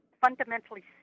fundamentally